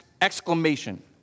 exclamation